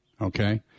Okay